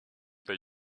they